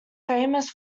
famous